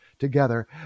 together